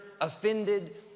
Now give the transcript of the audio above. offended